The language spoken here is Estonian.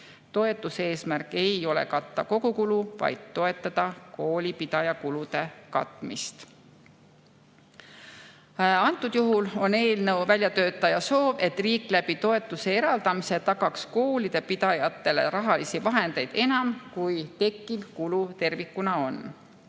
Toetuse eesmärk ei ole katta kogukulu, vaid toetada koolipidaja kulude katmist. Antud juhul on eelnõu väljatöötaja soov, et riik toetuse eraldamise kaudu tagaks koolide pidajatele rahalisi vahendeid enam, kui tekkiv kulu tervikuna on.